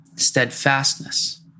steadfastness